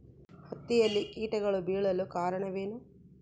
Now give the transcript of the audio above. ಹತ್ತಿಯಲ್ಲಿ ಕೇಟಗಳು ಬೇಳಲು ಕಾರಣವೇನು?